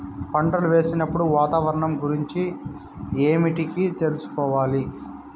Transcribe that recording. పంటలు వేసేటప్పుడు వాతావరణం గురించి ఏమిటికి తెలుసుకోవాలి?